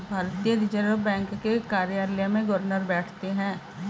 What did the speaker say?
भारतीय reserve bank के कार्यालय में गवर्नर बैठते हैं